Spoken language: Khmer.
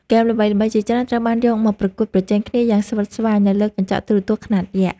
ហ្គេមល្បីៗជាច្រើនត្រូវបានយកមកប្រកួតប្រជែងគ្នាយ៉ាងស្វិតស្វាញនៅលើកញ្ចក់ទូរទស្សន៍ខ្នាតយក្ស។